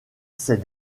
ces